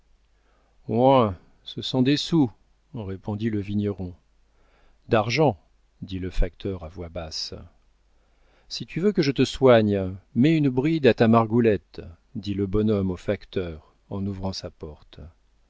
ce sont des sous répondit le vigneron d'argent dit le facteur à voix basse si tu veux que je te soigne mets une bride à ta margoulette dit le bonhomme au facteur en ouvrant sa porte